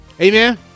Amen